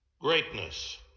Greatness